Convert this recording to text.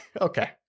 okay